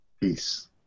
Peace